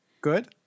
Good